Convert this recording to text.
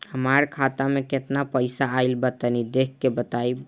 हमार खाता मे केतना पईसा आइल बा तनि देख के बतईब?